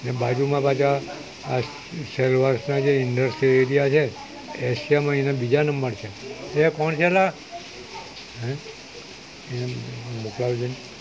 ને બાજુમાં પાછા આ સેલવાસના જે ઇન્ડસ્ટ્રીયલ એરિયા છે એશિયામાં એના બીજા નંબર છે એ કોણ છે એલા હે એમ મોકલાવજે ને